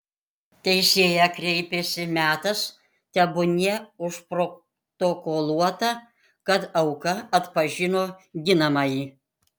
teisėja kreipėsi metas tebūnie užprotokoluota kad auka atpažino ginamąjį